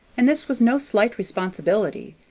and this was no slight responsibility,